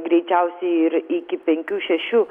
greičiausiai ir iki penkių šešių